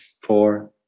four